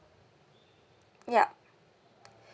yup